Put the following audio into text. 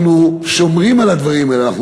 אנחנו שומרים על הדברים הללו.